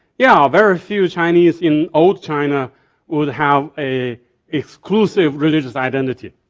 yeah, very few chinese in old china would have a exclusive religious identity.